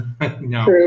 No